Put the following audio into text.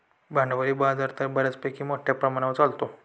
भांडवली बाजार तर बऱ्यापैकी मोठ्या प्रमाणावर चालतो